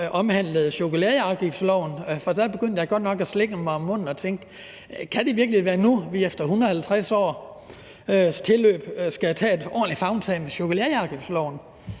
omhandlede chokoladeafgiftsloven, for da begyndte jeg godt nok at slikke mig om munden og tænke, om det virkelig kan være nu, at vi efter 150 års tilløb skal tage et ordentligt favntag med chokoladeafgiftsloven.